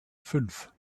fünf